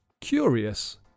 Curious